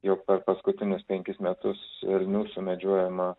jog per paskutinius penkis metus elnių sumedžiojama